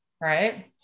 right